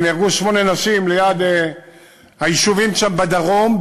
שמונה הנשים נהרגו ליד היישובים שם בדרום,